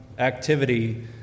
Activity